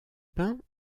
bains